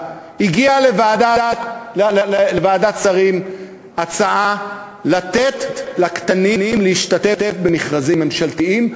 הגיעה לוועדת שרים הצעה לתת לקטנים להשתתף במכרזים ממשלתיים,